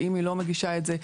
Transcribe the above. ואם היא לא מגישה את זה,